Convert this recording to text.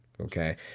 Okay